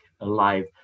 alive